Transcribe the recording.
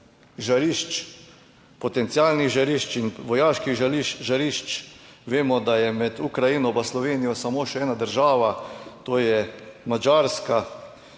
žarišč, potencialnih žarišč in vojaških žarišč. Vemo, da je med Ukrajino in Slovenijo samo še ena država, to je Madžarska.